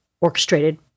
orchestrated